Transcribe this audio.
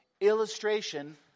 illustration